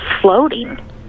floating